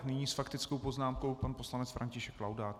Nyní s faktickou poznámkou pan poslanec František Laudát.